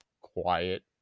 quiet